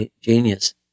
genius